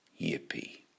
Yippee